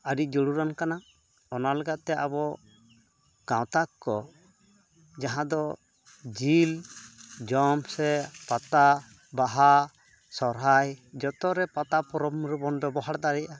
ᱟᱹᱰᱤ ᱡᱟᱹᱨᱩᱲᱟᱱ ᱠᱟᱱᱟ ᱚᱱᱟ ᱞᱮᱠᱟᱛᱮ ᱟᱵᱚ ᱜᱟᱶᱛᱟᱠᱚ ᱡᱟᱦᱟᱸᱫᱚ ᱡᱤᱞ ᱡᱚᱢ ᱥᱮ ᱯᱟᱛᱟ ᱵᱟᱦᱟ ᱥᱚᱦᱚᱨᱟᱭ ᱡᱚᱛᱚᱨᱮ ᱯᱟᱛᱟ ᱯᱚᱨᱚᱵᱽ ᱨᱮᱵᱚᱱ ᱵᱮᱵᱚᱦᱟᱨ ᱫᱟᱲᱮᱭᱟᱜᱼᱟ